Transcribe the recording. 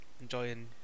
enjoying